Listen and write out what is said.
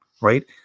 right